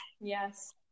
Yes